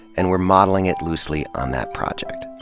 and we're modeling it loosely on that project.